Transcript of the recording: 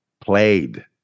played